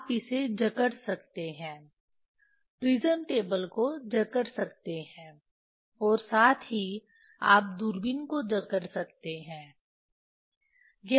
आप इसे जकड़ सकते हैं प्रिज्म टेबल को जकड़ सकते हैं और साथ ही आप दूरबीन को जकड़ सकते हैं